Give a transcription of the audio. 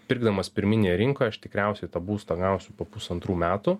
pirkdamas pirminėje rinkoje aš tikriausiai tą būstą gausiu po pusantrų metų